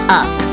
up